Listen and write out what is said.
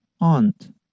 aunt